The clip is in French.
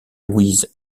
louise